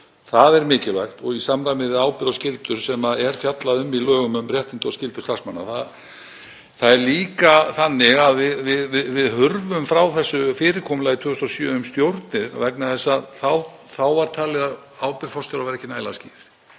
það er mikilvægt, og í samræmi við ábyrgð og skyldur sem fjallað er um í lögum um réttindi og skyldur starfsmanna. Það er líka þannig að við hurfum frá þessu fyrirkomulagi 2007, um stjórnir, vegna þess að þá var talið að ábyrgð forstjóra væri ekki nægilega skýr.